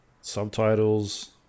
Subtitles